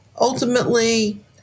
Ultimately